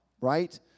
Right